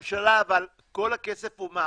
מהממשלה, אבל כל הכסף הוא מהחוץ.